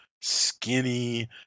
skinny